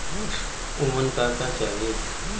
उमन का का चाही?